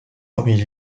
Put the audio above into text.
parmi